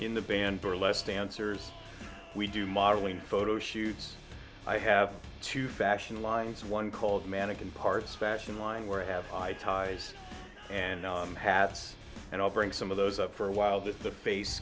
in the band burlesque dancers we do modeling photo shoots i have to fashion lines one called mannequin parts fashion line where i have high ties and i'm happy and i'll bring some of those up for a while but the face